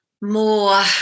more